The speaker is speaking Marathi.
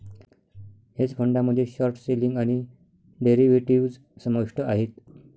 हेज फंडामध्ये शॉर्ट सेलिंग आणि डेरिव्हेटिव्ह्ज समाविष्ट आहेत